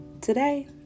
Today